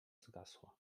zgasła